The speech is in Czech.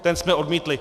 Ten jsme odmítli.